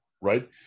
Right